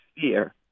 fear